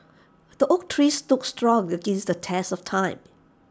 the oak tree stood strong against the test of time